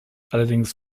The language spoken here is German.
allerdings